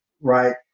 right